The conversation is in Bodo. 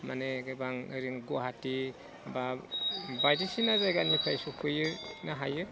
माने गोबां ओरै गुवाहाटि बा बायदिसिना जायगानिफ्राय सफैनो हायो